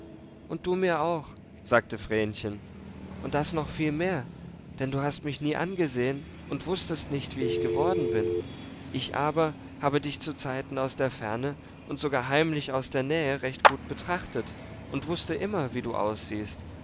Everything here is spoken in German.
und du mir auch sagte vrenchen und das noch viel mehr denn du hast mich nie angesehen und wußtest nicht wie ich geworden bin ich aber habe dich zuzeiten aus der ferne und sogar heimlich aus der nähe recht gut betrachtet und wußte immer wie du aussiehst